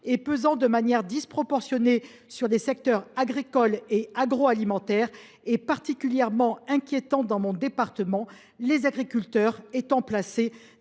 et pesant de manière disproportionnée sur les secteurs agricole et agroalimentaire, est particulièrement inquiétante dans mon département, où les agriculteurs sont placés